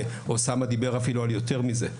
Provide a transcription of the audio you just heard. כשאוסאמה דיבר אפילו על יותר מזה.